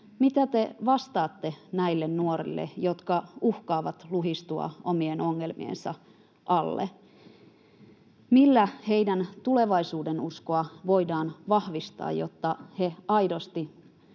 Mitä te vastaatte näille nuorille, jotka uhkaavat luhistua omien ongelmiensa alle? Millä heidän tulevaisuudenuskoaan voidaan vahvistaa, jotta he aidosti